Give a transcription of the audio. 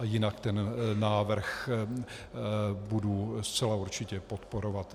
Jinak ten návrh budu zcela určitě podporovat.